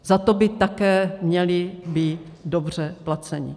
Za to by také měli být dobře placeni.